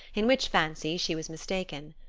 in which fancy she was mistaken.